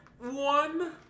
one